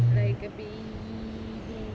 like a baby